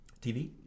TV